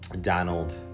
Donald